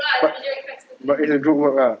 but but it's a group work lah